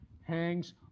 hangs